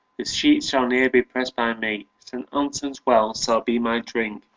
the sheets shall neir be prest by me saint anton's well sall be my drink,